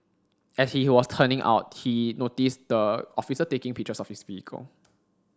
as he was turning out he noticed the officer taking pictures of his vehicle